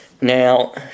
Now